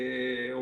אני